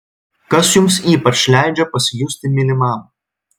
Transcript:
kas jums ypač leidžia pasijusti mylimam